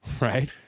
right